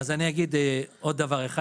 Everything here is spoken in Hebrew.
אני אגיד עוד דבר אחד,